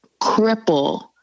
cripple